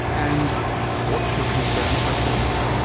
and what's your concern about those?